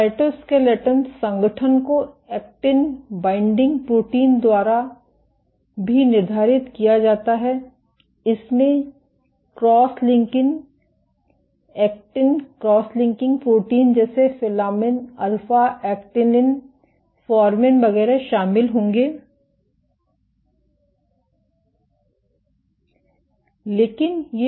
cytoskeleton संगठन को actin binding protein द्वारा एक्टिन बाइंडिंग प्रोटीन द्वारा भी निर्धारित किया जाता है इसमें cross linking actin cross linking protein जैसे फ़िलामिन अल्फा एक्टिनिन फॉर्मिन वगैरह शामिल होंगे